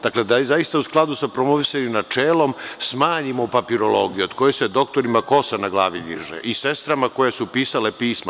Dakle, da i zaista u skladu sa promovisanjem načelom smanjimo papirologiju od koje se doktorima kosa na glavi diže i sestrama koje su pisale pisma.